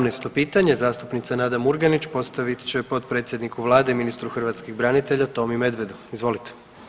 17. pitanje zastupnica Nada Murganić postavit će potpredsjedniku vlade i ministru hrvatskih branitelja Tomi Medvedu, izvolite.